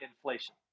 inflation